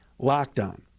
LOCKDOWN